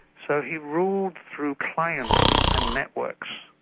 so he ruled through clients and networks,